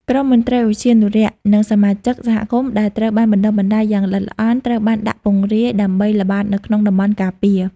ក្រុមមន្ត្រីឧទ្យានុរក្ស និងសមាជិក សហគមន៍ ដែលត្រូវបានបណ្ដុះបណ្ដាលយ៉ាងល្អិតល្អន់ ត្រូវបានដាក់ពង្រាយដើម្បីល្បាតនៅក្នុងតំបន់ការពារ។